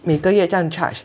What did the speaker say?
每个月这样 charge